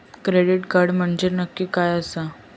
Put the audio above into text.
Credit card म्हंजे नक्की काय आसा?